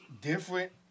different